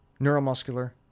neuromuscular